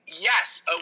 Yes